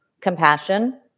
compassion